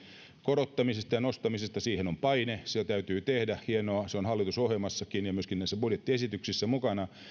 korottamisesta ja nostamisesta siihen on paine se täytyy tehdä hienoa se on hallitusohjelmassakin ja myöskin näissä budjettiesityksissä mukana